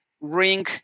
ring